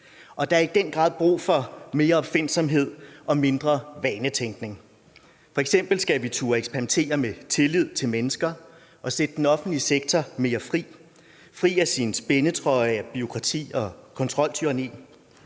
der er i den grad brug for mere opfindsomhed og mindre vanetænkning. F.eks. skal vi turde eksperimentere med tillid til mennesker og sætte den offentlige sektor mere fri af sin spændetrøje af bureaukrati og kontroltyranni,